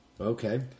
Okay